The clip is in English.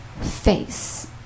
face